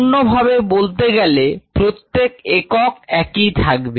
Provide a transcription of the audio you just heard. অন্য ভাবে বলতে গেলে প্রত্যেক একক একই থাকবে